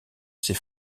ses